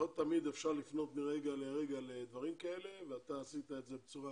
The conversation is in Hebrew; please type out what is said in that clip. לא תמיד אפשר לפנות מרגע לרגע לדברים כאלה ואתה עשית את זה בצורה